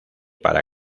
para